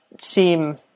seem